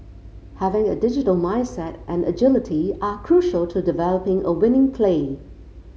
having a digital mindset and agility are crucial to developing a winning play